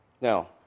Now